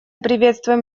приветствуем